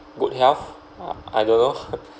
good health uh I don't know